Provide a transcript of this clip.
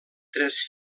tres